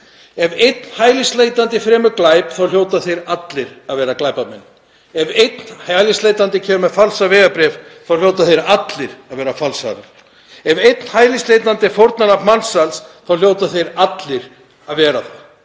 Ef einn hælisleitandi fremur glæp þá hljóta þeir allir að vera glæpamenn. Ef einn hælisleitandi kemur með falsað vegabréf þá hljóta allir að vera falsarar. Ef einn hælisleitandi er fórnarlamb mansals þá hljóta þeir allir að vera það.